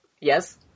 Yes